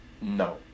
no